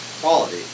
quality